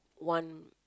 want